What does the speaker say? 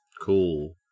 Cool